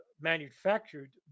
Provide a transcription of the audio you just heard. manufactured